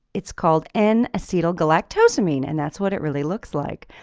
it's called n-acetylgalactosamine and that's what it really looks like.